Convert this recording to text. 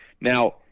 Now